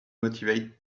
motivate